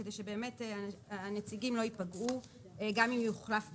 כדי שבאמת הנציגים לא יפגעו גם אם יוחלף בתקנות.